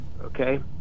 okay